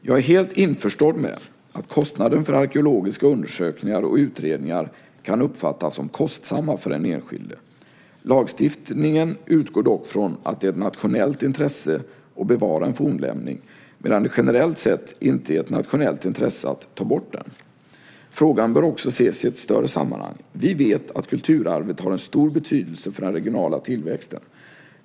Jag är helt införstådd med att kostnaden för arkeologiska undersökningar och utredningar kan uppfattas som kostsamma för den enskilde. Lagstiftningen utgår dock från att det är ett nationellt intresse att bevara en fornlämning, medan det generellt sett inte är ett nationellt intresse att ta bort den. Frågan bör också ses i ett större sammanhang. Vi vet att kulturarvet har en stor betydelse för den regionala tillväxten.